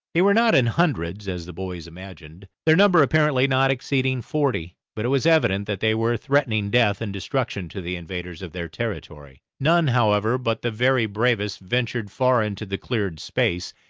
they were not in hundreds, as the boys imagined, their number apparently not exceeding forty but it was evident that they were threatening death and destruction to the invaders of their territory. none, however, but the very bravest ventured far into the cleared space,